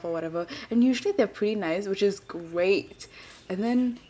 or whatever and usually they're pretty nice which is great and then